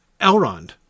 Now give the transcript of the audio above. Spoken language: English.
Elrond